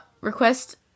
request